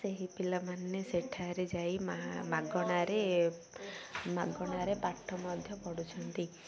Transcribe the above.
ସେହି ପିଲାମାନେ ସେଠାରେ ଯାଇ ମାଗଣାରେ ମାଗଣାରେ ପାଠ ମଧ୍ୟ ପଢ଼ୁଛନ୍ତି